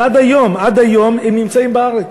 ועד היום, עד היום, הם נמצאים בארץ.